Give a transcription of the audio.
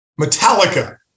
Metallica